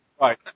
Right